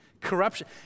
Corruption